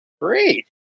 great